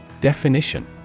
Definition